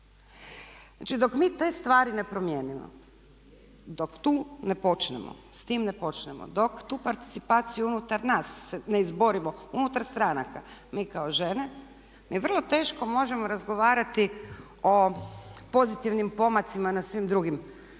Znači, dok mi te stvari ne promijenimo, dok tu ne počnemo, s tim ne počnemo, dok tu participaciju unutar nas ne izborimo, unutar stranaka mi kao žene, mi vrlo teško možemo razgovarati o pozitivnim pomacima na svim drugim